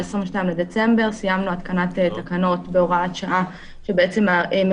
ב-22 בדצמבר סיימנו התקנת תקנות בהוראת שעה שמחדשת